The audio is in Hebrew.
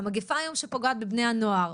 המגפה היום שפוגעות בבני הנוער,